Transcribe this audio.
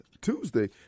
Tuesday